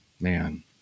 man